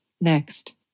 Next